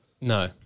No